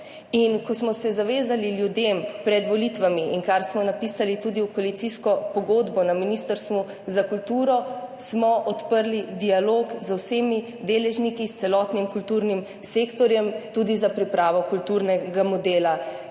Kot smo se zavezali ljudem pred volitvami in kar smo napisali tudi v koalicijsko pogodbo na Ministrstvu za kulturo, smo odprli dialog z vsemi deležniki, s celotnim kulturnim sektorjem tudi za pripravo kulturnega modela.